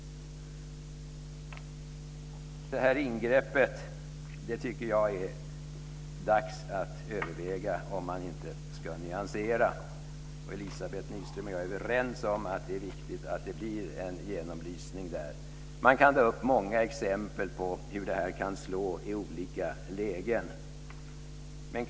Jag tycker att det är dags att överväga om man inte ska nyansera det här ingreppet. Elizabeth Nyström och jag är överens om att det är viktigt att det blir en genomlysning. Man kan ta upp många exempel på hur det här kan slå i olika lägen.